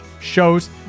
shows